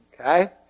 Okay